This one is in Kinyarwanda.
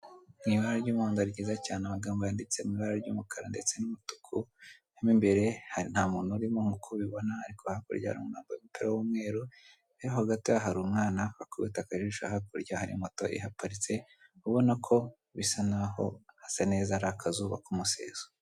Ni ibara ry'umuhondo ryiza cyane amagambo yanditse mu ibara ry'umukara ndetse n'umutuku mo imbere hari nta muntu urimo nkuko ubibona ariko hakurya hari umwambaro utari w'umweru niho hagati ya hari umwana wakubita akajisho hakurya hari moto ihaparitse ubona ko bisa naho hasa neza hari akazuba k'umuseso.